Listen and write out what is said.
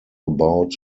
about